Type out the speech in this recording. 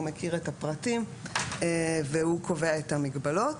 הוא מכיר את הפרטים והוא קובע את המגבלות,